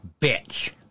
bitch